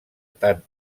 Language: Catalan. tant